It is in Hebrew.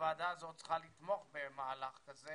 הוועדה האת צריכה לתמוך במהלך כזה